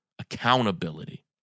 accountability